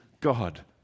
God